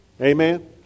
Amen